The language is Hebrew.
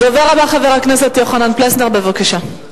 הדובר הבא, חבר הכנסת יוחנן פלסנר, בבקשה.